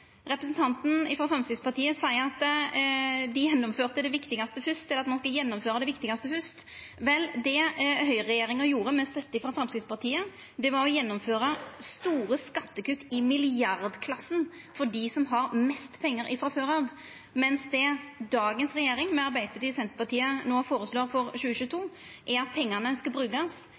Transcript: Representanten frå Framstegspartiet seier at ein skal gjennomføra det viktigaste fyrst. Vel, det høgreregjeringa, med støtte frå Framstegspartiet, gjorde, var å gjennomføra store skattekutt – i milliardklassa – for dei som har mest pengar frå før av, mens det dagens regjering, med Arbeidarpartiet og Senterpartiet, no føreslår for 2022, er at pengane skal brukast